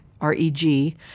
R-E-G